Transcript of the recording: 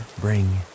bring